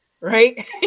right